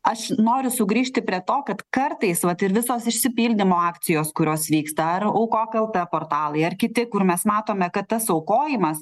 aš noriu sugrįžti prie to kad kartais vat ir visos išsipildymo akcijos kurios vyksta ar aukok eltė portalai ar kiti kur mes matome kad tas aukojimas